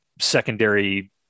secondary